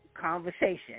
conversation